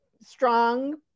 strong